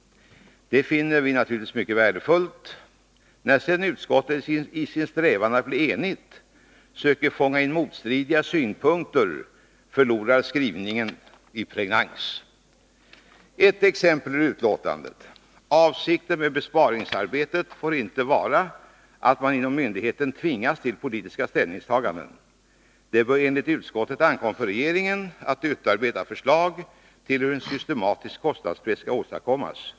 Det finner vi naturligtvis mycket värdefullt. När sedan utskottet — i sin strävan att bli enigt — söker fånga in motstridiga synpunkter, förlorar skrivningen i pregnans. Ett exempel ur utlåtandet: ”Avsikten med besparingsarbetet får inte vara att man inom myndigheterna tvingas till politiska ställningstaganden. Det bör enligt utskottet ankomma på regeringen att utarbeta förslag till hur en systematisk kostnadspress skall åstadkommas.